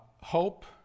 hope